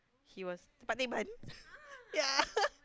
he was tempat Teban ya